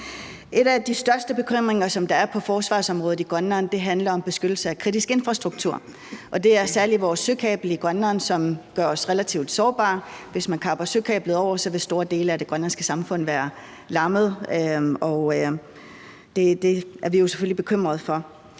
En af de største bekymringer, som der er på forsvarsområdet i Grønland, handler om beskyttelse af kritisk infrastruktur, og det er særlig vores søkabel i Grønland, som gør os relativt sårbare. Hvis man kapper søkablet over, vil store dele af det grønlandske samfund være lammet, og det er vi selvfølgelig bekymret for.